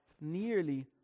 nearly